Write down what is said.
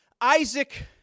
Isaac